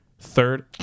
Third